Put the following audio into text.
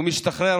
הוא משתחרר,